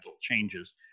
changes